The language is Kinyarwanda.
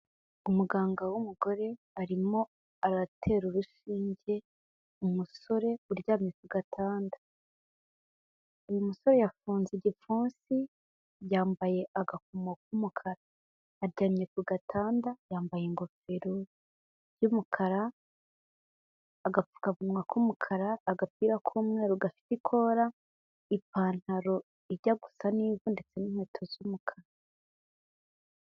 Umuganga w'umugore arimo aratera urushinge umusore uryamye ku gatanda, uyu musore yafunze igipfunsi yambaye agakomo k'umukara aryamye ku gatanda yambaye ingofero y'umukara agapfukamunwa k'umukara agapira k'umweru gafite ukora, ipantaro ijya gusa n'ivu ndetse n'inkweto z'umukara.